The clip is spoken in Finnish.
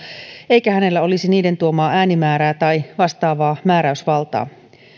eikä hänellä olisi niiden tuomaa äänimäärää tai vastaavaa määräysvaltaa